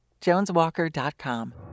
JonesWalker.com